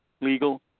legal